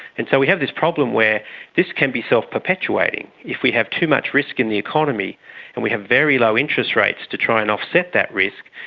and so we have this problem where this can be self-perpetuating. if we have too much risk in the economy and we have very low interest rates to try and offset that risk,